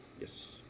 Yes